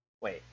Wait